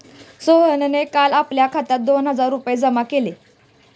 सोहनने काल आपल्या खात्यात दोन हजार रुपये जमा केले